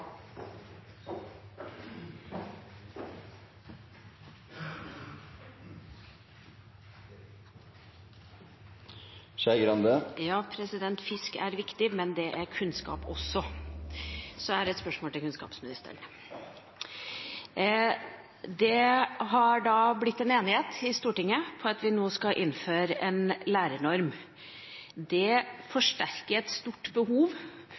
viktig, men det er kunnskap også! Så jeg har et spørsmål til kunnskapsministeren. Det har blitt enighet i Stortinget om at vi nå skal innføre en lærernorm. Det forsterker et stort behov